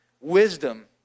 wisdom